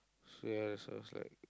so you had to source like